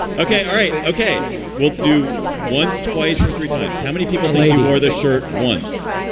okay. all right. okay we'll do once, twice or three times. how many people lady wore the shirt once